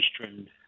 eastern